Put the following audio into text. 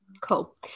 cool